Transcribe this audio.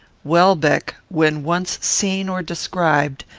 welbeck, when once seen or described,